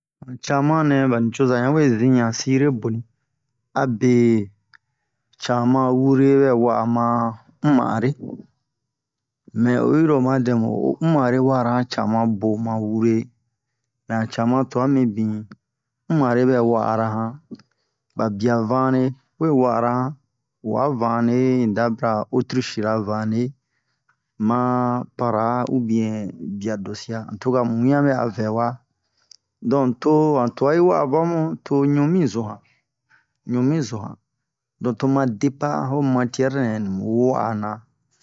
Han cama nɛ ba nicoza yan we zin yan sire boni abe cama wure bɛ wa'a ma umare mɛ oyi ro oma dɛmu ho umare wa'ara han cama boma wure mɛ han cama tu'a mibin umare bɛ wa'ara han ba bia vane we wa'ara han uwa vane un da bira otrishira vane ma para ubiɛn bia dosia an tuka mu wian bɛ'a vɛwa don to han twa yi wa'a ma mu to ɲu mi zo han ɲu mi zo han don tomu ma depan ho matiɛnɛ mu wo'ana